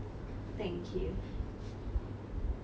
thank you mm